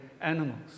animals